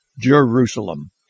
Jerusalem